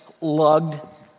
lugged